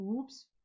Oops